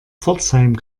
pforzheim